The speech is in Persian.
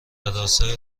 راستای